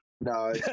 No